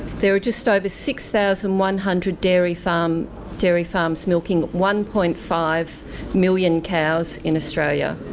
there are just over six thousand one hundred dairy farms dairy farms milking one point five million cows in australia.